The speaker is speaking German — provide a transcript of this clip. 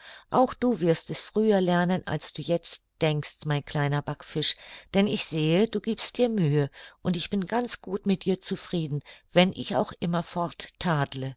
auch du wirst es früher lernen als du jetzt denkst mein kleiner backfisch denn ich sehe du giebst dir mühe und ich bin ganz gut mit dir zufrieden wenn ich auch